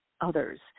others